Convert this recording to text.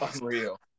unreal